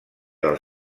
del